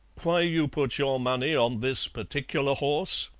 why you put your money on this particular horse.